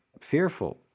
fearful